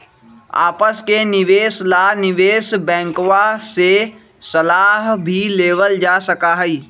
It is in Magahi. आपस के निवेश ला निवेश बैंकवा से सलाह भी लेवल जा सका हई